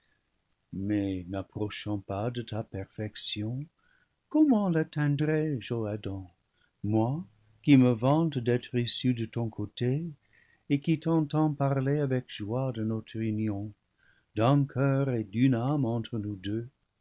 mais n'appro chant pas de ta perfection comment latteindrai je ô adam moi qui me vante d'être issue de ton côté et qui t'entends parler avec joie de noire union d'un coeur et d'une âme en tre nous deux